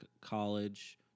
college